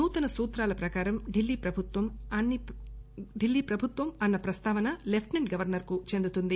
నూతన సూత్రాల ప్రకారం ఢిల్లీ ప్రభుత్వం అన్న ప్రస్తావన లెప్ట్సింట్ గవర్నర్ కి చెందుతుంది